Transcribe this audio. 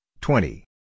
twenty